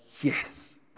yes